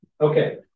Okay